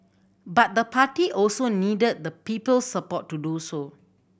but the party also needed the people's support to do so